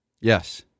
Yes